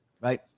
right